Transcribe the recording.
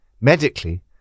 Medically